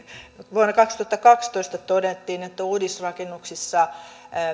vuonna kaksituhattakaksitoista todettiin että uudisrakennuksissa